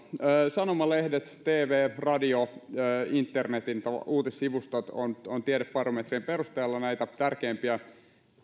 sanomalehdet tv radio ja internetin uutissivustot ovat tiedebarometrien perusteella tärkeimpiä